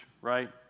right